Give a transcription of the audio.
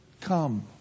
come